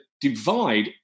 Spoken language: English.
divide